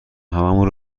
هممون